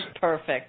perfect